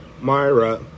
myra